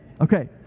okay